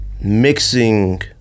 mixing